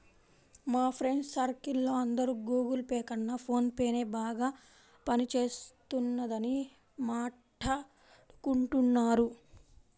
మా friends circle లో అందరూ గుగుల్ పే కన్నా ఫోన్ పేనే బాగా పని చేస్తున్నదని మాట్టాడుకుంటున్నారు